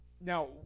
Now